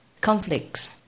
conflicts